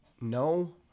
no